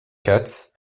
katz